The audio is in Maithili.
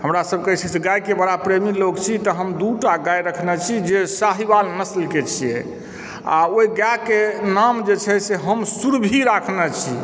हमरा सबके जे छै से गायके बड़ा प्रेमी लोक छी तऽ हम दू टा गाय रखने छी जे साहिवाल नस्ल के छियै आ ओहि गाय के नाम जे छै से हम सुरभि राखने छी